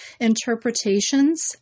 interpretations